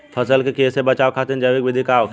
फसल के कियेसे बचाव खातिन जैविक विधि का होखेला?